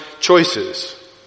choices